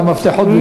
המפתחות בפנים".